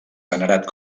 venerat